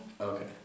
Okay